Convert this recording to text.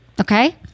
Okay